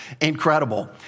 incredible